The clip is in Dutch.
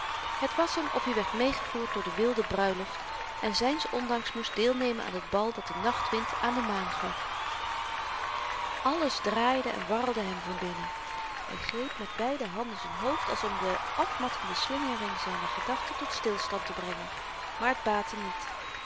het was hem of-i werd meêgevoerd door de wilde bruiloft en zyns ondanks moest deelnemen aan t bal dat de nachtwind aan de maan gaf alles draaide en warrelde hem van binnen hy greep met beide handen zyn hoofd als om de afmattende slingering zyner gedachten tot stilstand te brengen maar t baatte niet